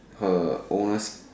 her owner's